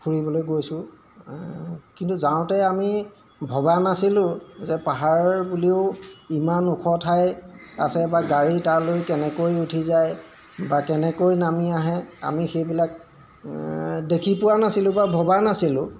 ফুৰিবলৈ গৈছোঁ কিন্তু যাওঁতে আমি ভবা নাছিলোঁ যে পাহাৰ বুলিও ইমান ওখ ঠাই আছে বা গাড়ী তালৈ কেনেকৈ উঠি যায় বা কেনেকৈ নামি আহে আমি সেইবিলাক দেখি পোৱা নাছিলোঁ বা ভবা নাছিলোঁ